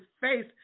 face